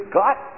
got